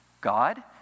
God